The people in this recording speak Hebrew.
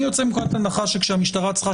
אני יוצא מנקודת הנחה שכשהמשטרה צריכה